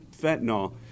fentanyl